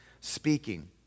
speaking